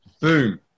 Boom